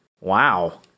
wow